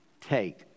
take